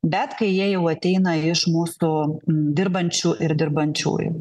bet kai jie jau ateina iš mūsų dirbančių ir dirbančiųjų